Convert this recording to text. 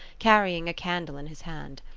carrying a candle in his hand.